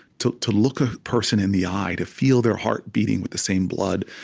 to to look a person in the eye, to feel their heart beating with the same blood,